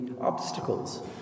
obstacles